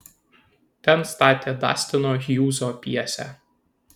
ten statė dastino hjūzo pjesę